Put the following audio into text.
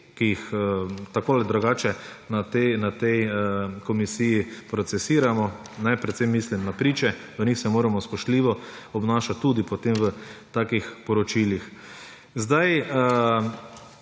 ki jih tako ali drugače na tej komisiji procesiramo, predvsem mislim na priče ‒ do njih se moramo spoštljivo obnašati tudi potem v takih poročilih.